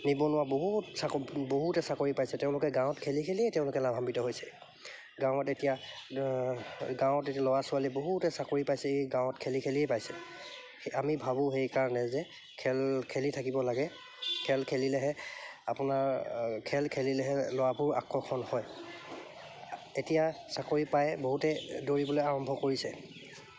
নিবনুৱা বহুত চাক বহুতে চাকৰি পাইছে তেওঁলোকে গাঁৱত খেলি খেলিয়ে তেওঁলোকে লাভাম্বিত হৈছে গাঁৱত এতিয়া গাঁৱত এতিয়া ল'ৰা ছোৱালীয়ে বহুতে চাকৰি পাইছে এই গাঁৱত খেলি খেলিয়েই পাইছে আমি ভাবোঁ সেইকাৰণে যে খেল খেলি থাকিব লাগে খেল খেলিলেহে আপোনাৰ খেল খেলিলেহে ল'ৰাবোৰ আকৰ্ষণ হয় এতিয়া চাকৰি পাইয়ে বহুতে দৌৰিবলৈ আৰম্ভ কৰিছে